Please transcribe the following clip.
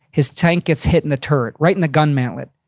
his tank gets hit in the turret. right in the gun mantlet.